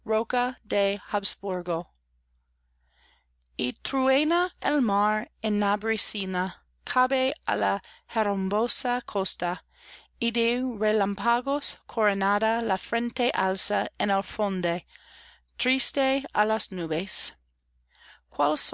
el mar en nabresina cabe á la herrumbosa costa y de relámpagos coronada la frente alza en el fondo trieste á las nubes